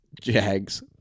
Jags